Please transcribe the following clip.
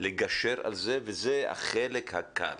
לגשר על זה וזה החלק הקל.